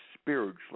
spiritually